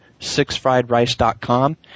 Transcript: SixFriedRice.com